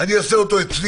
אני אעשה אצלי,